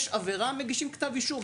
יש עבירה מגישים כתב אישום.